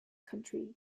country